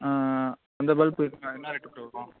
ஆ அந்த பல்ப்பு என்ன rate bro வரும்